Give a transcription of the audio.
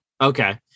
Okay